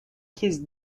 his